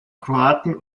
kroaten